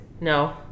No